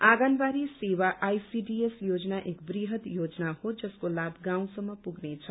आँगनवाड़ी सेवा आईसीडीएस योजना एक वृहत योजना हो जसको लाभ गाउँसम्म पुग्नेछ